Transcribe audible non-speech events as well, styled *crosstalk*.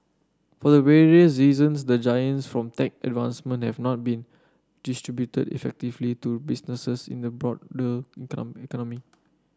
for various reasons the gains from tech advancement have not been distributed effectively to businesses in the broader *unintelligible* economy